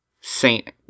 Saint